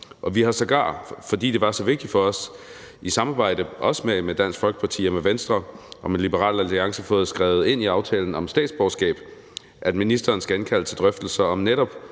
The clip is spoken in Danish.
op. Vi har sågar, fordi det var så vigtigt for os, i samarbejde også med Dansk Folkeparti og med Venstre og med Liberal Alliance fået skrevet ind i aftalen om statsborgerskab, at ministeren skal indkalde til drøftelser netop